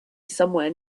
somewhere